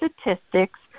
Statistics